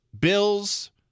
Bills